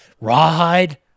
Rawhide